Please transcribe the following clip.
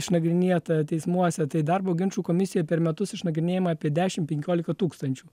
išnagrinėta teismuose tai darbo ginčų komisijoj per metus išnagrinėjama apie dešim penkiolika tūkstančių